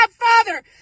father